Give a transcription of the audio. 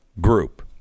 group